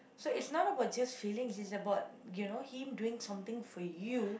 so it's not about just feelings it's about you know him doing something for you